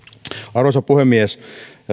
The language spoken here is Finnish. arvoisa puhemies